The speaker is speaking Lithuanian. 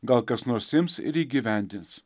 gal kas nors ims ir įgyvendins